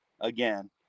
again